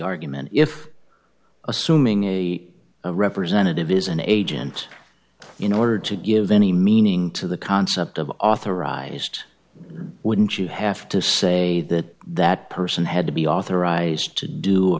argument if assuming a representative is an agent in order to give any meaning to the concept of authorized wouldn't you have to say that that person had to be authorized to do a